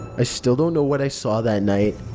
i still don't know what i saw that night.